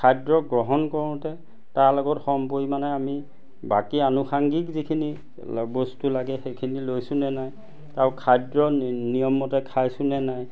খাদ্য গ্ৰহণ কৰোঁতে তাৰ লগত আমি বাকী আনুষাংগিক যিখিনি বস্তু লাগে সেইখিনি লৈছোনে নাই আও খাদ্য নিয়ম মতে খাইছো নে নাই